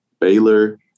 Baylor